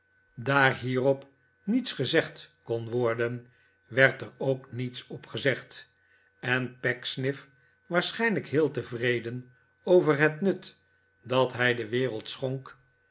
daar hierop niets gezegd kon worden werd er ook niets op gezegd en pecksniff waarschijnlijk heel tevreden over het nut dat hij de wereld schbnk